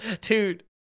Dude